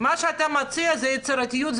מה שאתה מציע זה יצירתיות,